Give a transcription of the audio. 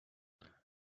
you’re